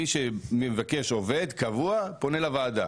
מי שמבקש עובד קבוע פונה לוועדה,